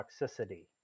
toxicity